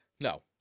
No